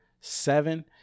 seven